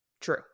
True